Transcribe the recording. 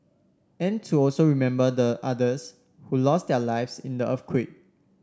and to also remember the others who lost their lives in the earthquake